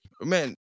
Man